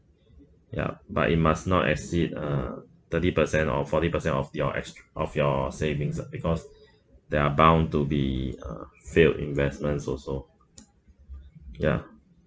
ya but it must not exceed uh thirty percent or forty percent of your ex~ of your savings lah because there are bound to be uh failed investments also ya